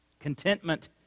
Contentment